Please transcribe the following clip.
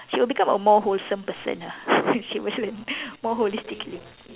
she will become a more wholesome person ah she will learn more holistically